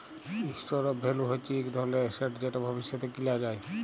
store of value হচ্যে ইক ধরলের এসেট যেট ভবিষ্যতে কিলা যায়